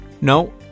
No